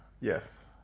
Yes